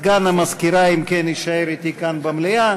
אם כן, סגן המזכירה יישאר אתי כאן במליאה,